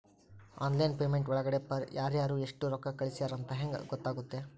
Online payment ಒಳಗಡೆ ಯಾರ್ಯಾರು ಎಷ್ಟು ರೊಕ್ಕ ಕಳಿಸ್ಯಾರ ಅಂತ ಹೆಂಗ್ ಗೊತ್ತಾಗುತ್ತೆ?